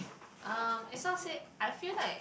um it's not say I feel like